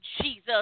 Jesus